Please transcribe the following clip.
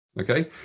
Okay